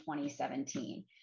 2017